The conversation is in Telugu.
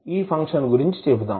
ఈ ఫంక్షన్ గురించి చెబుదాం